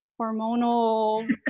hormonal